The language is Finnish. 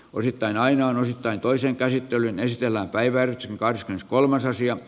vuosittain aina on osittain toisen käsittelyn estellä päivän karskit kolmas asia